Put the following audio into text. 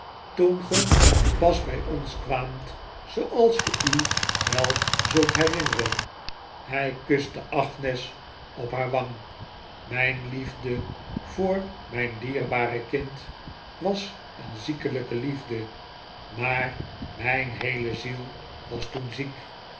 toen ge pas bij ons kwaamt zooals ge u wel zult herinneren hij kuste agnes op haar wang mijn liefde voor mijn dierbare kind was een ziekelijke liefde maar mijn heele ziel was toen ziek